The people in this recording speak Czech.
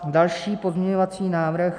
Další pozměňovací návrh.